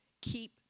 keep